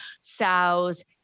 sows